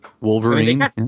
Wolverine